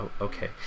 Okay